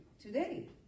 today